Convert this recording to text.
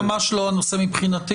לא, זה ממש לא הנושא מבחינתי.